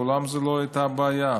מעולם זו לא הייתה בעיה,